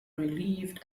relieved